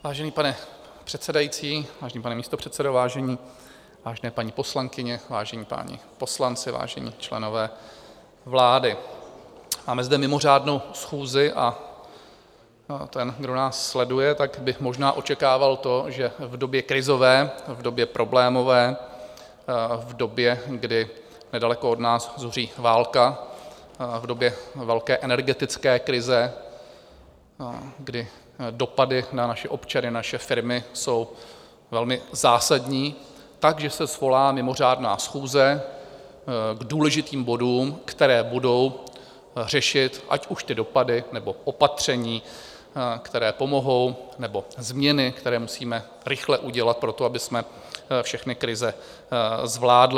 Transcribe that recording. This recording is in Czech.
Vážený pane předsedající, vážený pane místopředsedo, vážené paní poslankyně, vážení páni poslanci, vážení členové vlády, máme zde mimořádnou schůzi a ten, kdo nás sleduje, tak by možná očekával to, že v době krizové, v době problémové, v době, kdy nedaleko od nás zuří válka, v době velké energetické krize, kdy dopady na naše občany, naše firmy jsou velmi zásadní, tak že se svolá mimořádná schůze k důležitým bodům, které budou řešit ať už ty dopady, nebo opatření, která pomohou, nebo změny, které musíme rychle udělat pro to, abychom všechny krize zvládli.